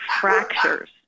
fractures